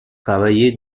travaillé